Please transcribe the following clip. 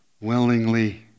willingly